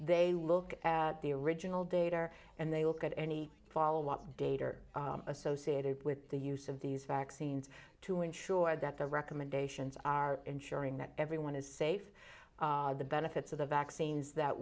they look at the original day or and they look at any follow up date or associated with the use of these vaccines to ensure that the recommendations are ensuring that everyone is safe the benefits of the vaccines that